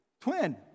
twin